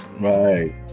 Right